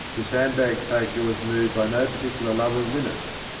the sand-bag faker was moved by no particular love of linnets.